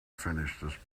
finish